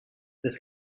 this